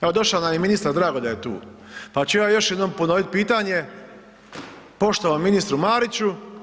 Evo došao nam je i ministar, drago da je tu pa ću ja još jednom ponoviti pitanje poštovanom ministru Mariću.